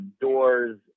doors